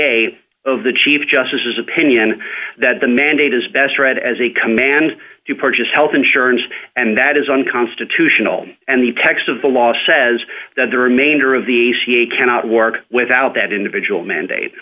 a of the chief justices opinion that the mandate is best read as a command to purchase health insurance and that is unconstitutional and the text of the law says that the remainder of the ca cannot work without that individual mandate